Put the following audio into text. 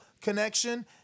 connection